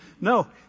No